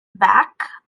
back